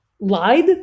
lied